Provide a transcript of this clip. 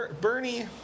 Bernie